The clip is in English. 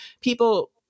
People